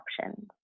options